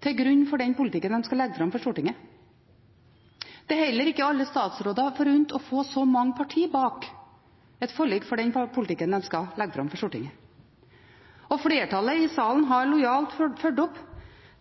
til grunn for den politikken de skal legge fram for Stortinget. Det er heller ikke alle statsråder forunt å få så mange partier bak et forlik for den politikken de skal legge fram for Stortinget, og flertallet i salen har lojalt fulgt opp